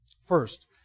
First